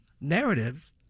narratives